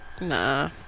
Nah